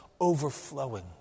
overflowing